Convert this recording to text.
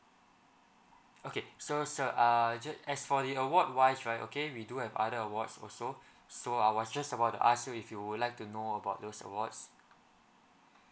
okay so sir err just~ as for the award wise right okay we do have other awards also so I was just about to ask you if you would like to know about those awards